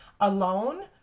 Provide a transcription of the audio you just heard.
alone